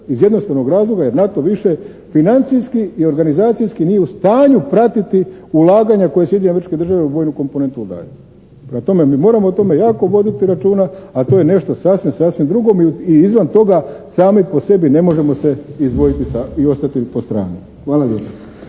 iz jednostavnog razloga jer NATO više financijski i organizacijski nije u stanju pratiti ulaganja koje Sjedinjene Američke Države u vojnu komponentu ubrajaju. Prema tome, mi moramo o tome jako voditi računa, a to je nešto sasvim, sasvim drugo i izvan toga sami po sebi ne možemo se izdvojiti i ostati po strani. Hvala lijepa.